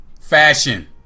Fashion